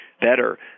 better